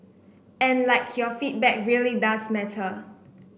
and like your feedback really does matter